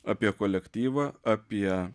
apie kolektyvą apie